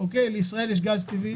לישראל יש גז טבעי